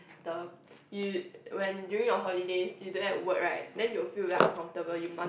the you when during your holidays you don't have work right then you will feel very uncomfortable you must